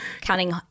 Counting